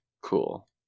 Cool